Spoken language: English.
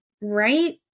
Right